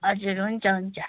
हजुर हुन्छ हुन्छ